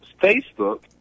Facebook